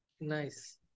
Nice